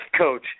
coach